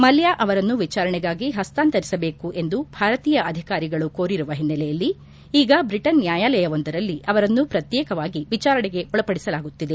ಮಲ್ಲಾ ಅವರನ್ನು ವಿಚಾರಣೆಗಾಗಿ ಹಸ್ತಾಂತರಿಸಬೇಕು ಎಂದು ಭಾರತೀಯ ಅಧಿಕಾರಿಗಳು ಕೋರಿರುವ ಹಿನ್ನೆಲೆಯಲ್ಲಿ ಈಗ ಬ್ರಿಟನ್ ನ್ಹಾಯಾಲಯವೊಂದರಲ್ಲಿ ಅವರನ್ನು ಪ್ರತ್ತೇಕವಾಗಿ ವಿಚಾರಣೆಗೆ ಒಳಪಡಿಸಲಾಗುತ್ತಿದೆ